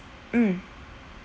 mm